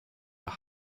the